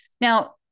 Now